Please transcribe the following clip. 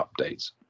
updates